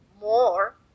more